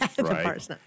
right